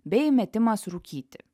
bei metimas rūkyti